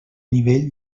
nivell